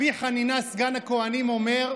"רבי חנינא סגן הכוהנים אומר: